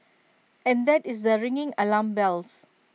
and that is the ringing alarm bells